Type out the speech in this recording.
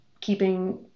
keeping